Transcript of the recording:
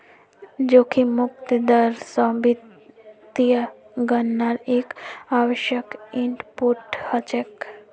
जोखिम मुक्त दर स वित्तीय गणनार एक आवश्यक इनपुट हछेक